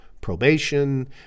probation